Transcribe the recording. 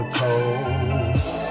coast